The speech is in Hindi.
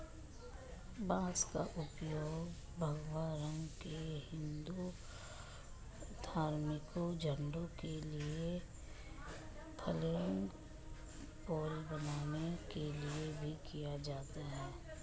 बांस का उपयोग भगवा रंग के हिंदू धार्मिक झंडों के लिए फ्लैगपोल बनाने के लिए भी किया जाता है